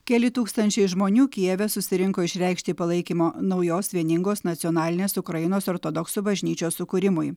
keli tūkstančiai žmonių kijeve susirinko išreikšti palaikymo naujos vieningos nacionalinės ukrainos ortodoksų bažnyčios sukūrimui